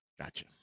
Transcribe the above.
Gotcha